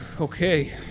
Okay